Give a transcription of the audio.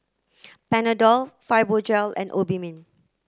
Panadol Fibogel and Obimin